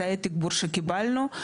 זה היה תגבור שקיבלנו,